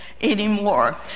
anymore